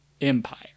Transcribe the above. Empire